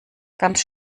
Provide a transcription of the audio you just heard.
ganz